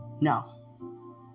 no